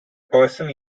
person